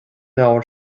leabhar